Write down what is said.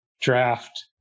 draft